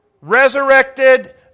resurrected